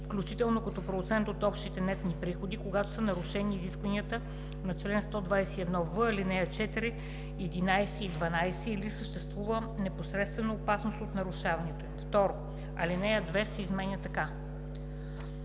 включително като процент от общите нетни приходи, когато са нарушени изискванията на чл. 121в, ал. 4, 11 и 12 или съществува непосредствена опасност от нарушаването им.” 2. Алинея 2 се изменя така: